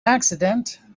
accident